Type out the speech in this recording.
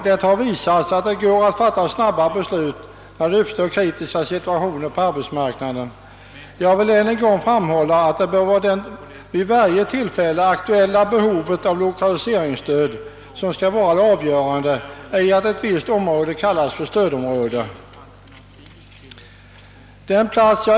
Det har visat sig att det går att fatta snabba beslut, när det uppstår kritiska situationer på arbetsmarknaden, och jag vill än en gång framhålla att det bör vara det vid varje tillfälle aktuella behovet av lokaliseringsstöd som skall vara det avgörande, inte att ett visst område kallas för stödområde.